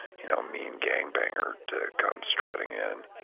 you know, mean gang banger to come strutting in.